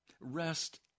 rest